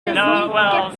quatre